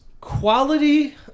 Quality